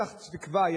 היה לה פתח לתקווה,